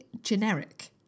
generic